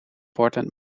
portland